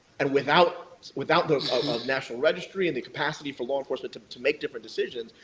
and without without the um ah national registry and the capacity for law enforcement to to make different decisions,